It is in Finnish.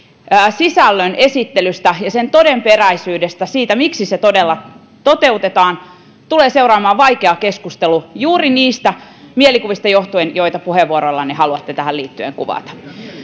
sisällön esittelystä ja sen todenperäisyydestä siitä miksi se todella toteutetaan tulee seuraamaan vaikea keskustelu juuri niistä mielikuvista johtuen joita puheenvuorollanne haluatte tähän liittyen kuvata